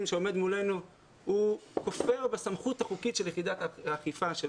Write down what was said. שעומד מולנו כופר בסמכות החוקית של יחידת האכיפה של